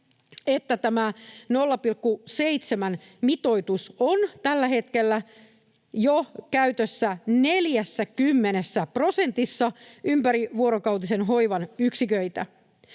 tämä 0,7-mitoitus on tällä hetkellä jo käytössä 40 prosentissa ympärivuorokautisen hoivan yksiköistä.